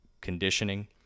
Conditioning